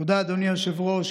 תודה, אדוני היושב-ראש.